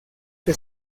que